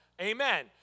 Amen